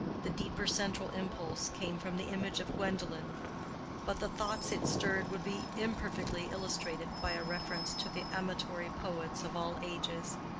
the deeper central impulse came from the image of gwendolen but the thoughts it stirred would be imperfectly illustrated by a reference to the amatory poets of all ages.